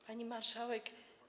Pani Marszałek!